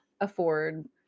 afford